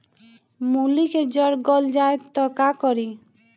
मूली के जर गल जाए त का करी?